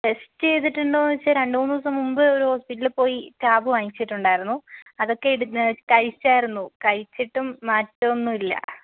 test ചെയ്തിട്ടുണ്ടോയെന്ന് ചോദിച്ചാൽ രണ്ട് മൂന്ന് ദിവസം മുമ്പ് ഒരു ഹോസ്പിറ്റലിൽ പോയി ടാബ് വാങ്ങിച്ചിട്ടുണ്ടായിരുന്നു അതൊക്കെ കഴിച്ചായിരുന്നു കഴിച്ചിട്ടും മാറ്റം ഒന്നുമില്ല